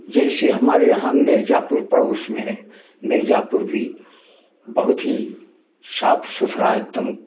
जैसे हमारे यहाँ में मिर्ज़ापुर पड़ोस में है मिर्ज़ापुर भी बहुत ही साफ सुथरा एकदम